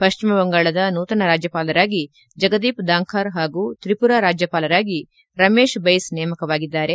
ಪಶ್ಚಿಮ ಬಂಗಾಳದ ನೂತನ ರಾಜ್ಯಪಾಲರಾಗಿ ಜಗದೀಪ್ ಧಾಂಖಾರ್ ಹಾಗೂ ತ್ರಿಮರ ರಾಜ್ಯಪಾಲರಾಗಿ ರಮೇಶ್ ಬೈಸ್ ನೇಮಕವಾಗಿದ್ದಾರೆ